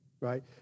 right